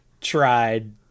tried